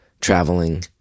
traveling